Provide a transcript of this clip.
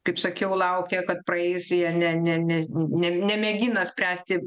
kaip sakiau laukia kad praeis jie ne ne ne ne nemėgina spręsti